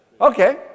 Okay